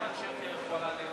בבקשה.